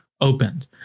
opened